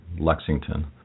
Lexington